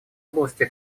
области